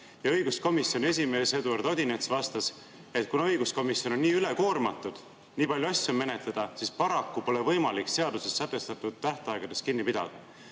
Õiguskomisjoni esimees Eduard Odinets vastas, et kuna õiguskomisjon on ülekoormatud, nii palju asju on menetleda, siis paraku pole võimalik seaduses sätestatud tähtaegadest kinni